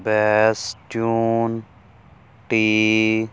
best tune T